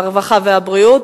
הרווחה והבריאות,